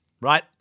right